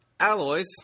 Alloys